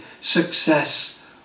success